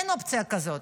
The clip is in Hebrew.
אין אופציה כזאת,